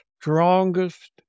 strongest